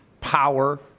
power